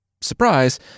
surprise